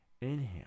Inhale